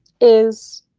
is